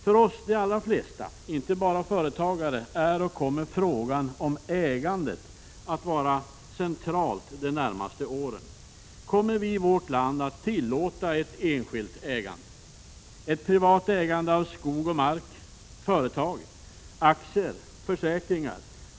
För oss — de allra flesta, inte bara företagare — är frågan om ägandet central och kommer frågan om ägandet att vara central de närmaste åren. Kommer vi i vårt land att tillåta ett enskilt ägande? Kommer ett privat ägande av skog och mark, företag, aktier och försäkringar att tillåtas?